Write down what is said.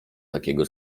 takiego